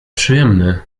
przyjemny